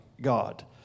God